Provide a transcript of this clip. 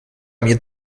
mir